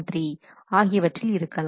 3 ஆகியவற்றில் இருக்கலாம்